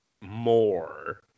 more